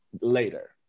later